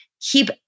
keep